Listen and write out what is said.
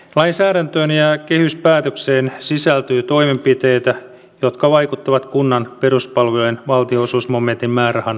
lainsäädäntöön ja kehyspäätökseen sisältyy toimenpiteitä jotka vaikuttavat kunnan peruspalvelujen valtionosuusmomentin määrärahan mitoitukseen